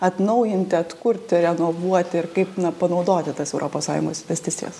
atnaujinti atkurti renovuoti ir kaip panaudoti tas europos sąjungos investicijas